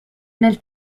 nel